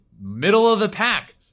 middle-of-the-pack